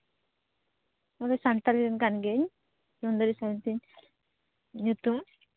ᱱᱚᱸᱰᱮ ᱥᱟᱱᱛᱟᱲᱤ ᱨᱮᱱ ᱠᱟᱱ ᱜᱤᱭᱟᱹᱧ ᱥᱩᱱᱫᱚᱨᱤ ᱥᱚᱨᱮᱱ ᱛᱤᱧ ᱧᱩᱛᱩᱢ